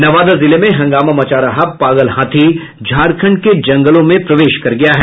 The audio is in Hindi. नवादा जिले में हंगामा मचा रहा पागल हाथी झारखंड के जंगलों में प्रवेश कर गया है